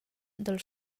dal